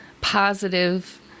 positive